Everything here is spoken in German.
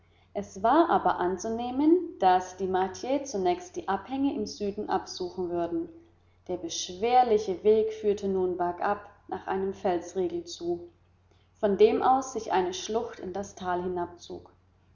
es war aber anzunehmen daß die martier zunächst die abhänge im süden absuchen würden der beschwerliche weg führte nun bergab nach einem felsriegel zu von dem aus sich eine schlucht in das tal hinabzog